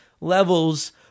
levels